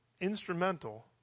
instrumental